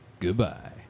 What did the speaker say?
Goodbye